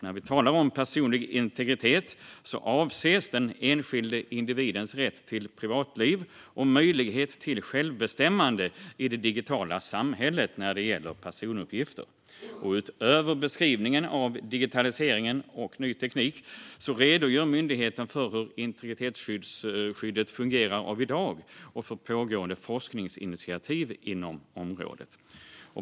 När vi talar om personlig integritet avses den enskilde individens rätt till privatliv och möjlighet till självbestämmande i det digitala samhället när det gäller personuppgifter. Utöver beskrivningen av digitaliseringen och ny teknik redogör myndigheten för hur integritetsskyddet fungerar av i dag och för pågående forskningsinitiativ inom området.